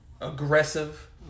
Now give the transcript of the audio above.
aggressive